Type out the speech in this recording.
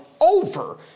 over